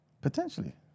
Potentially